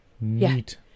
Neat